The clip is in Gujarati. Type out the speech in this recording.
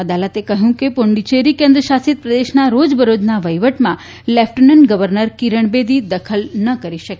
અદાલતે કહ્યું કે પડુચેરી કેન્દ્રશાસિત પ્રદેશના રોજબરોજના વહીવટમાં લેફટેનન્ટ ગવર્નર કીરણ બેદી દખલ ન કરી શકે